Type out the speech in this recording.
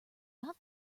not